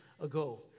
ago